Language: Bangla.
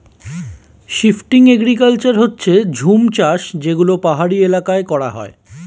শিফটিং এগ্রিকালচার হচ্ছে জুম চাষ যেগুলো পাহাড়ি এলাকায় করা হয়